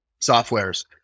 softwares